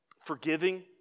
forgiving